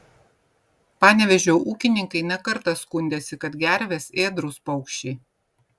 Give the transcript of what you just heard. panevėžio ūkininkai ne kartą skundėsi kad gervės ėdrūs paukščiai